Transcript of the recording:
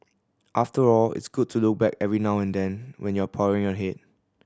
after all it's good to look back every now and then when you're powering ahead